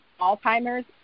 Alzheimer's